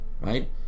right